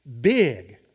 big